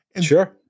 Sure